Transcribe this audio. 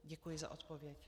Děkuji za odpověď.